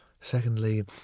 secondly